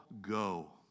go